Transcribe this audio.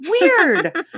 Weird